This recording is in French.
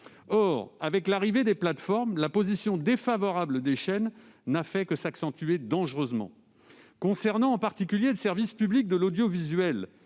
Or, avec l'arrivée des plateformes, la position défavorable des chaînes n'a fait que s'accentuer dangereusement. Concernant en particulier le service public de l'audiovisuel,